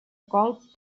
colp